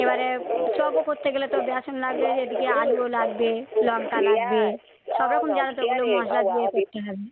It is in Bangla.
এবারে চপও করতে গেলে তো বেসম লাগবে এদিকে আলুও লাগবে লঙ্কা লাগবে সব রকম জানো তো ওগুলো মশলা দিয়ে করতে হবে